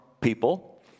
people